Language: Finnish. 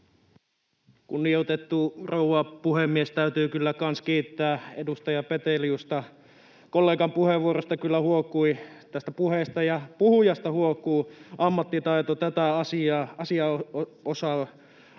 Kunnioitettu rouva puhemies! Täytyy kyllä kanssa kiittää edustaja Peteliusta. Kollegan puheenvuorosta kyllä huokui — tästä puheesta ja puhujasta huokuu — ammattitaito tätä asian osaa kohtaan.